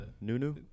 Nunu